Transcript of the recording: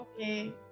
okay